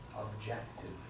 Objective